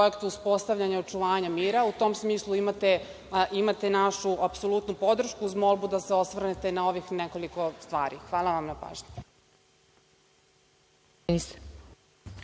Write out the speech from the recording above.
projektu u uspostavljanju očuvanja mira. U tom smislu imate našu apsolutnu podršku uz molbu da se osvrnete na nekoliko stvari. Hvala vam na pažnji.